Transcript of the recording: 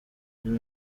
njye